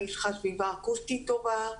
אני צריכה סביבה אקוסטית טובה,